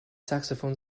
saxophone